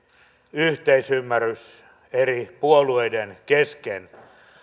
yhteisymmärrys eri puolueiden kesken